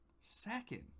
Second